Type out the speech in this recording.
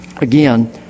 Again